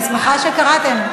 אני שמחה שקראתם.